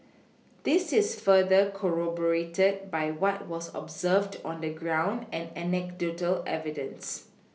this is further corroborated by what was observed on the ground and anecdotal evidence